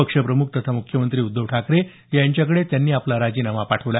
पक्षप्रमुख तथा म्ख्यमंत्री उध्दव ठाकरे यांच्याकडे त्यांनी आपला राजीनामा पाठवला